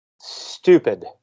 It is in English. stupid